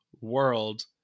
world